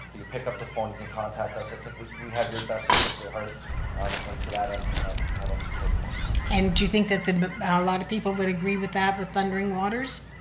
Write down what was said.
you pick up the phone, you can contact us. i think we we have your best interest at heart and to that, and i don't support the motion. and do you think that a ah lot of people would agree with that, with thundering waters?